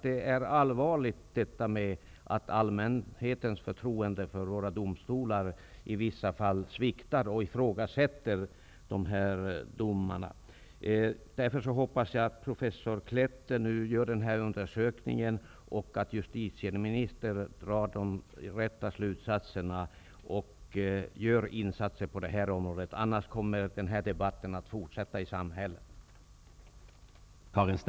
Det är allvarligt att allmänhetens förtroende för våra domstolar sviktar och att man i vissa fall ifrågasätter deras domar. Jag ser därför fram emot att professor Klette nu gör sin undersökning, och jag hoppas att justitieministern drar de rätta slutsatserna och gör insatser på det här området. Annars kommer denna debatt att fortsätta ute i samhället.